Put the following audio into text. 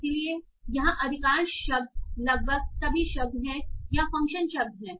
इसलिए यहां अधिकांश शब्द लगभग सभी शब्द हैं यहां फ़ंक्शन शब्द हैं